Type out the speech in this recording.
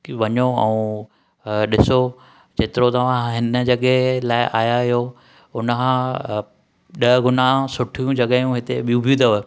की वञो ऐं डि॒सो जेतिरो तव्हां हिन जॻहि लाइ आया आहियो हुन खां ॾह ॻुना सुठियूं जॻहियूं हिते बि॒यो बि अथव